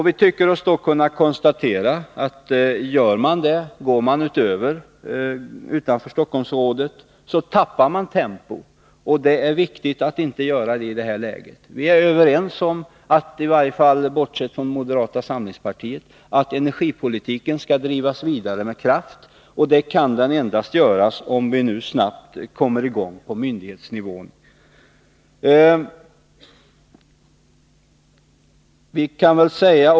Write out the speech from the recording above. Vi tycker oss då kunna konstatera att om man går utanför Stockholms området tappar man tempo. Det är viktigt att inte göra detta i det här läget. Bortsett från moderata samlingspartiet är vi överens om att energipolitiken skall drivas vidare med kraft. Det kan endast ske om vi nu snabbt kommer i gång på myndighetsnivå.